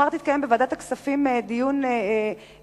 מחר יתקיים בוועדת הכספים דיון מהיר,